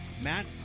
Matt